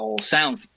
Sound